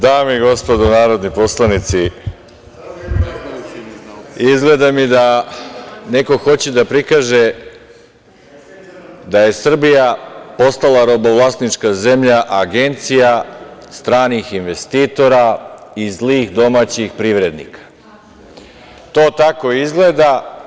Dame i gospodo narodni poslanici, izgleda mi da neko hoće da prikaže da je Srbija postala robovlasnička zemlja, agencija stranih investitora i zlih domaćih privrednika. (Vesna Nikolić Vukajlović: Tačno.) To tako izgleda.